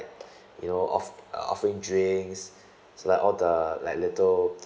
you know off~ uh offering drinks so like all the like little